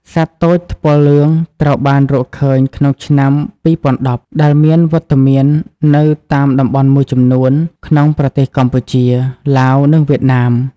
សត្វទោចថ្ពាល់លឿងត្រូវបានរកឃើញក្នុងឆ្នាំ២០១០ ដែលមានវត្តមាននៅតាមតំបន់មួយចំនួនក្នុងប្រទេសកម្ពុជា ឡាវ និងវៀតណាម។